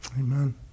Amen